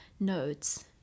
nodes